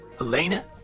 Elena